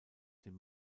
dem